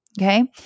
okay